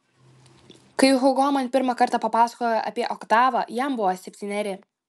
kai hugo man pirmą kartą papasakojo apie oktavą jam buvo septyneri